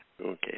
Okay